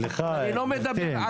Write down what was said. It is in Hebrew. אני לא מדבר על